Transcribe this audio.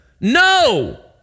No